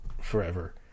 forever